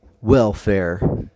Welfare